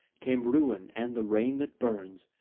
came ruin and the rain that burns,